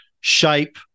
shape